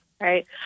right